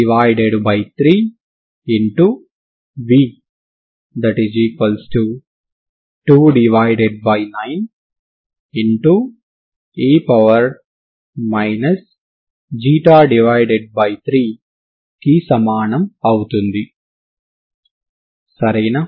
v29e 3 కి సమానం అవుతుంది సరేనా